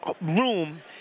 room